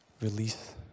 release